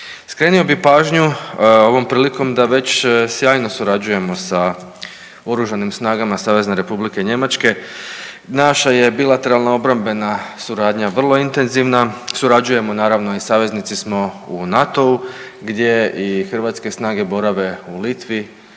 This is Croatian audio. Skrenio bi pažnju ovom prilikom da već sjajno surađujemo sa OS SR Njemačke. Naša je bilateralna obrambena suradnja vrlo intenzivna, surađujemo naravno i saveznici smo u NATO-u, gdje i hrvatske snage borave u Litvi,